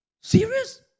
Serious